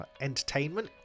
entertainment